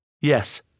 Yes